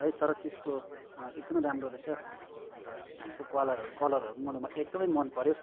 है तर त्यसको एकदमै राम्रो रहेछ अन्त त्यसको क्वलरहरू कलरहरू मलाई एकदमै मनपऱ्यो